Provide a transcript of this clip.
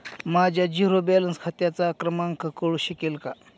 माझ्या zero balance खात्याचा क्रमांक कळू शकेल का?